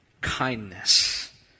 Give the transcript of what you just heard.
kindness